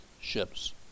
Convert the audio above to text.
ships